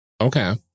Okay